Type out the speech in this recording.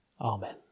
Amen